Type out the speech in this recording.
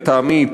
לטעמי,